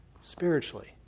spiritually